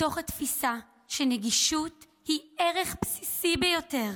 מתוך התפיסה שנגישות היא ערך בסיסי ביותר,